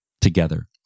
together